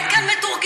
אין כאן מתורגמן.